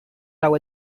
lau